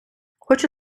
хочу